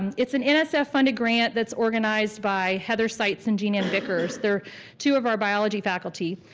it's an and so nsf-funded grant that's organized by heather sites and gina vicars. they're two of our biology faculty.